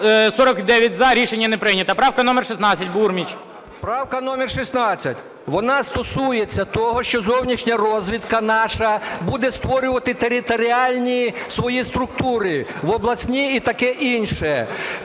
За-49 Рішення не прийнято. Правка номер 16, Бурміч. 13:12:54 БУРМІЧ А.П. Правка номер 16, вона стосується того, що зовнішня розвідка наша буде створювати територіальні свої структури, в обласні і таке інше.